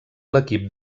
l’equip